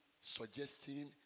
suggesting